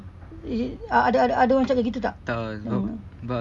is it uh ada ada ada orang cakap begitu tak mmhmm